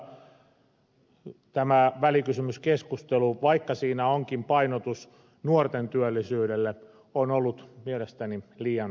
tämän johdosta tämä välikysymyskeskustelu vaikka siinä onkin painotus nuorten työllisyydessä on ollut mielestäni liian suppeata